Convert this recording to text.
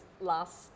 last